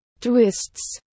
twists